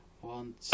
One